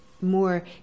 more